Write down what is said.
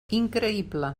increïble